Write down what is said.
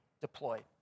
deployed